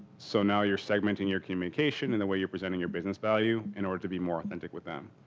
so, now you're segmenting your communication and the way you're presenting your business value in order to be more authentic with them.